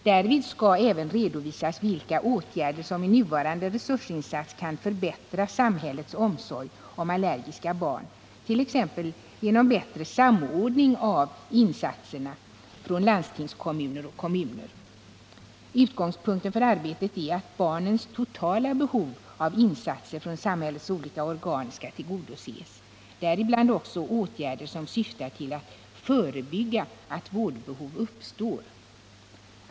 Därvid skall även redovisas vilka åtgärder som med nuvarande resursinsats kan förbättra samhällets omsorg om allergiska barn, t.ex. genom bättre samordning av insatserna från landstingskommuner och kommuner. Utgångspunkten för arbetet är att barnens totala behov av insatser från samhällets olika organ skall tillgodoses, däribland även åtgärder som syftar till att förebygga att vårdbehov uppstår.